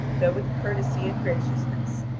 though with courtesy and graciousness,